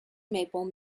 maple